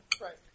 Right